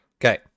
Okay